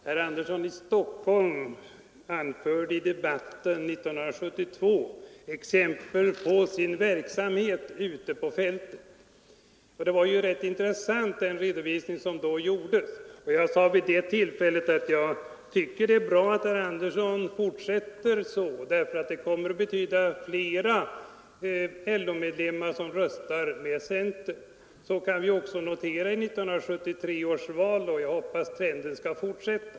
Herr talman! Herr Sten Andersson anförde i debatten 1972 exempel på sin verksamhet ute på fältet. Den redovisningen var rätt intressant, och jag sade vid det tillfället att jag tycker det är bra att herr Andersson fortsätter så, för det kommer att betyda flera LO-medlemmar som röstar med centern. Detta kunde vi också notera i 1973 års val, och jag hoppas att trenden skall fortsätta.